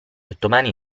ottomani